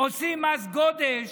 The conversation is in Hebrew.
עושים מס גודש